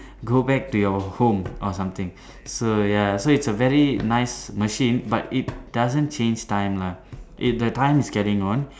go back to your home or something so ya so its a very nice machine but it doesn't change time lah it the time is carrying on